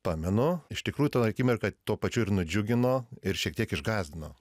pamenu iš tikrųjų tą akimirką tuo pačiu ir nudžiugino ir šiek tiek išgąsdino